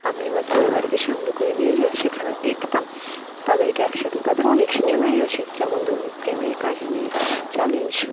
আমি আমার পরিবারকে সঙ্গে করে নিয়ে গিয়ে সেখানে দেখতাম তাদেরকে একসাথে তাদের অনেক সিনেমাই আসে যেমন ধরুন প্রেমের কাহিনি চ্যালেঞ্জ